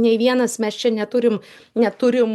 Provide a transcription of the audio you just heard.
nei vienas mes čia neturim neturim